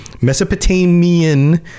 Mesopotamian